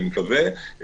אני מקווה,